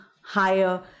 higher